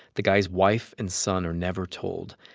the guy's wife and son are never told.